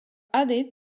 added